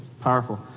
powerful